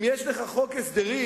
אם יש לך חוק הסדרים,